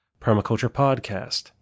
permaculturepodcast